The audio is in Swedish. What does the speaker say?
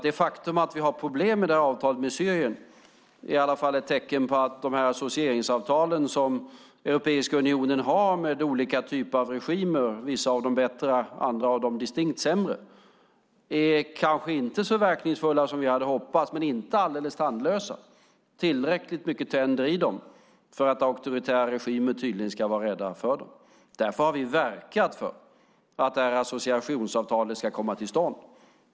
Det faktum att vi har problem med avtalet med Syrien är ett tecken på att de associeringsavtal som Europeiska unionen har med olika regimer - vissa bättre, vissa distinkt sämre - kanske inte är så verkningsfulla som vi hade hoppats, men inte heller alldeles tandlösa. Det är tydligen tillräckligt mycket tänder i dem för att auktoritära regimer ska vara rädda för dem. Därför har vi verkat för att det här associeringsavtalet ska komma till stånd.